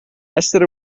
essere